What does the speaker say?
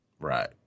Right